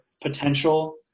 potential